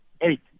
Eight